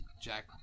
Jack